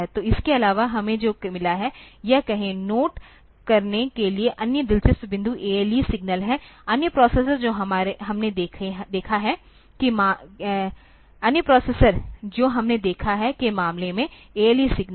तो इसके अलावा हमें जो मिला है यह कहें नोट करने के लिए अन्य दिलचस्प बिंदु ALE सिग्नल है अन्य प्रोसेसर जो हमने देखा है के मामले में ALE सिग्नल